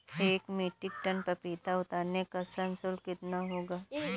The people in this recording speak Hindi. एक मीट्रिक टन पपीता उतारने का श्रम शुल्क कितना होगा?